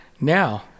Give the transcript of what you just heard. Now